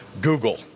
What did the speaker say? Google